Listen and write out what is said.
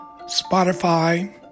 Spotify